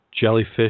jellyfish